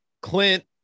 Clint